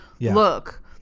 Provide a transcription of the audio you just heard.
Look